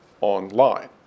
online